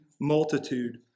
multitude